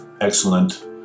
excellent